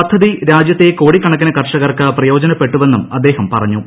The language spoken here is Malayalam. പദ്ധതി രാജ്യത്തെ കോടിക്കണക്കിന് കർഷകർക്ക് പ്രയോജനപ്പെട്ടുവെന്നും അദ്ദേഹം പ്ര്യേഞ്ഞു